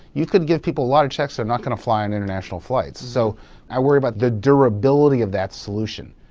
you can give people a lot of checks they're not going to fly on international flights. so i worry about the durability of that solution.